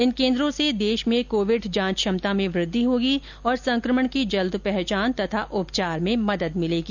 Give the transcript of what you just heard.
इन केन्द्रों से देश में कोविड जांच क्षमता में वृद्धि होगी और संकमण की जल्द पहचान और उपचार में मदद मिलेगी